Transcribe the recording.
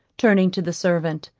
turning to the servant,